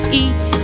eat